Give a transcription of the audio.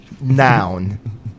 Noun